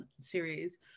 series